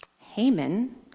Haman